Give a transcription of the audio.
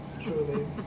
Truly